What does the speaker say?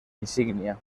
insignia